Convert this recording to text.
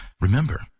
Remember